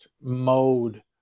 mode